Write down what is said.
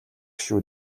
шүү